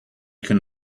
can